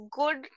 good